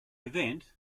event